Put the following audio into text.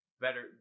better